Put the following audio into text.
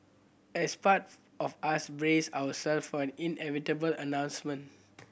as part of us braced ourselves for an inevitable announcement